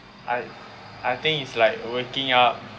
I I think it's like waking up